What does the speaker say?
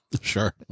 Sure